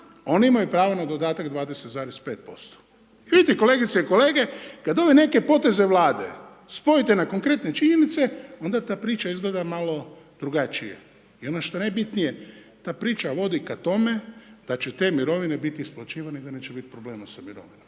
oni imaju pravo na dodatak 20,5%. Vidite kolegice i kolege kada ove neke poteze Vlade spojite na konkretne činjenice onda ta priča izgleda malo drugačije i ono što je najbitnije ta priča vodi k tome da će te mirovine biti isplaćivane i da neće biti problema sa mirovinama